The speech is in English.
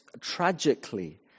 tragically